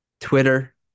Twitter